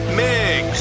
mix